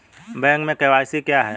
Bank में KYC क्या है?